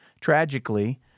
Tragically